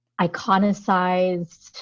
iconicized